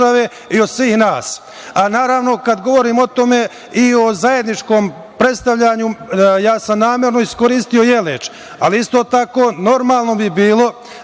i od svih nas. Naravno, kad govorim o zajedničkom predstavljanju, ja sam namerno iskoristio Jeleč, ali isto tako, normalno bi bilo